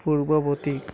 ପୂର୍ବବର୍ତ୍ତୀ